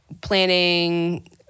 planning